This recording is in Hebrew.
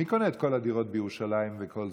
מי קונה את כל הדירות בירושלים וכל זה,